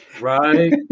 Right